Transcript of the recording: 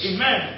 Amen